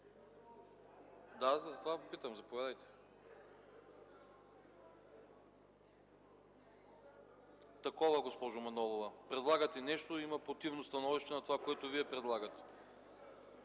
Да, затова питам. (Реплики от КБ.) Такова е, госпожо Манолова – предлагате нещо, и има противно становище на това, което вие предлагате.